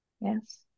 Yes